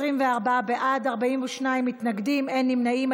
24 בעד, 42 מתנגדים, אין נמנעים.